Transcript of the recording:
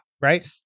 right